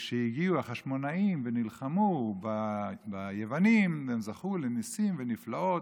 כשהגיעו החשמונאים ונלחמו ביוונים וזכו לניסים ולנפלאות,